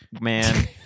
man